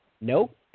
Nope